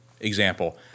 Example